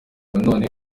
none